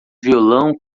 violão